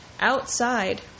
Outside